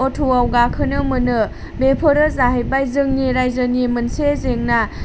अट'आव गाखोनो मोनो बेफोरो जाहैबाय जोंनि रायजोनि मोनसे जेंना